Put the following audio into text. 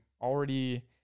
already